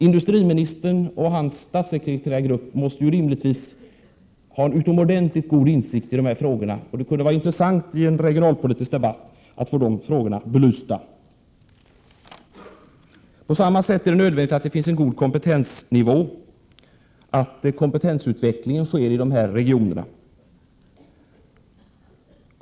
Industriministern och hans statsekreterargrupp måste ju rimligtvis ha en utomordentlig insikt i dessa frågor, och det kunde därför vara intressant att få de frågorna belysta i en regionalpolitisk debatt. På samma sätt är det nödvändigt att vi får en god kompetensnivå och att kompetensutveckling sker i de här regionerna.